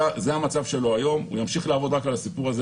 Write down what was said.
זה המצב שלו היום, הוא ימשיך לעבוד על הסיפור הזה.